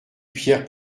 pierre